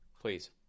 Please